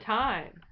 time